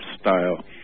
style